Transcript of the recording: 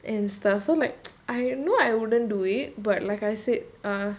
and stuff so like I know I wouldn't do it but like I said uh